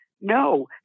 No